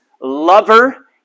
lover